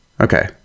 Okay